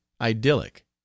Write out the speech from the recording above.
idyllic